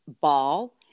Ball